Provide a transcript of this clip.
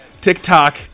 TikTok